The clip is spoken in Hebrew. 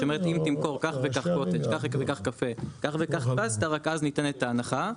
שאומרת אם תמכור כך וכך קוטג' כך וכך קפה כך וכך פסטה רכז ניתנת ההנחה,